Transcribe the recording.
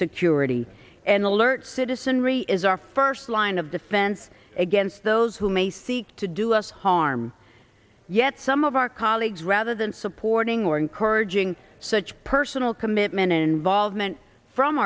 security and alert citizenry is our first line of defense against those who may seek to do us harm yet some of our colleagues rather than supporting or encouraging such personal commitment involvement from